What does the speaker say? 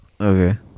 Okay